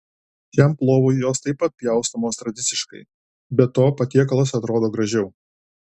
šiam plovui jos taip pjaustomos tradiciškai be to patiekalas atrodo gražiau